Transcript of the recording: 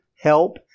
help